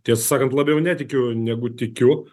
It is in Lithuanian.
tiesą sakant labiau netikiu negu tikiu